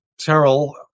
Terrell